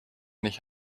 nicht